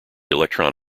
electron